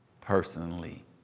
personally